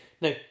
now